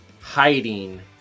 hiding